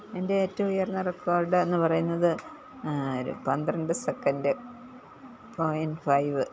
എൻ്റെ ഏറ്റവും ഉയർന്ന റെക്കോർഡ് എന്ന് പറയുന്നത് പന്ത്രണ്ട് സെക്കൻഡ് പോയിൻറ് ഫൈവ്